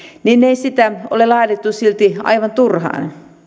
niin ei sitä ole laadittu silti aivan turhaan